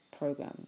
program